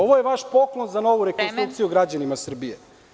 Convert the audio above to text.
Ovo je vaš poklon za novu rekonstrukciju građanima Srbije.